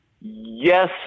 Yes